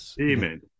Amen